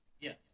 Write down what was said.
Yes